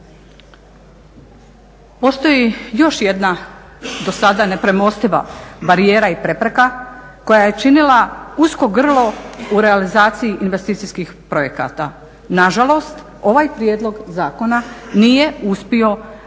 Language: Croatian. Postoji još jedna do sada nepremostiva barijera i prepreka koja je činila usko grlo u realizaciji investicijskih projekata. Nažalost, ovaj prijedlog zakona nije uspio otkloniti